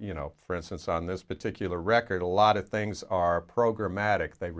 you know for instance on this particular record a lot of things are programatic they